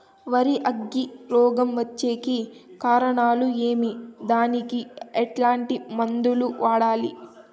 వరి అగ్గి రోగం వచ్చేకి కారణాలు ఏమి దానికి ఎట్లాంటి మందులు వాడాలి?